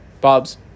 Bob's